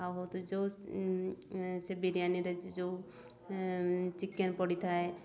ଆଉ ଯେଉଁ ସେ ବିରିୟାନୀରେ ଯୋଉ ଚିକେନ୍ ପଡ଼ିଥାଏ